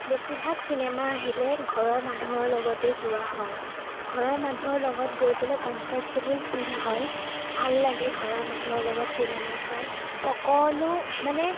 বেছিভাগ চিনেমা আহিলে ঘৰৰ মানুহৰ লগতে যোৱা হয় ঘৰৰ মানুহৰ লগত গৈ পেলাই কমফৰ্টেবল ফিল হয় ভাল লাগে ঘৰৰ মানুহৰ লগত চিনেমা চাই সকলো মানে